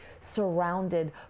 surrounded